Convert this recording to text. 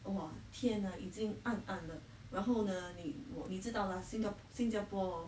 !wah! 天呐已经暗暗的然后呢你我你知道了新的新加坡 hor